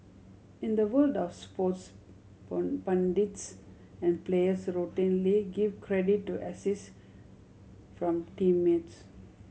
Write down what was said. in the world of sports pundits and players routinely give credit to assist from teammates